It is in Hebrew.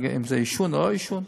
אם זה עישון או לא עישון,